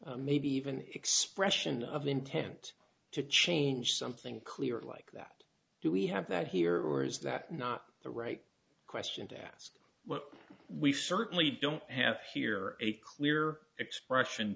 clarity maybe even expression of intent to change something clear like that do we have that here or is that not the right question to ask well we certainly don't have here a clear expression